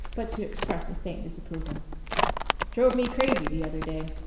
but to express a faint disapproval drove me crazy the other day.